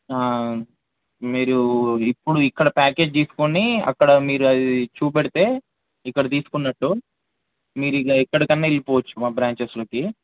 మీరు ఇప్పుడు ఇక్కడ ప్యాకేజ్ తీసుకొని అక్కడ మీరు అది చూపెడితే ఇక్కడ తీసుకున్నట్టు మీరు ఇక ఎక్కడికి అయిన వెళ్ళిపోవచ్చు మా బ్రాంచెస్లోకి